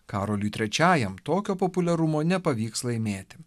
karoliui trečiajam tokio populiarumo nepavyks laimėti